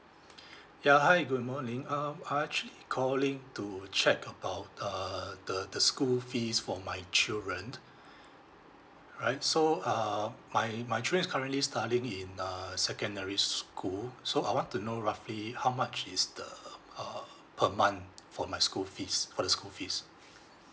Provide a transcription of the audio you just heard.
ya hi good morning um I actually calling to check about uh the the school fees for my children alright so uh my my children is currently studying in uh secondary school so I want to know roughly how much is the uh per month for my school fees for the school fees